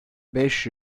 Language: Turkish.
beş